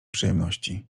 przyjemności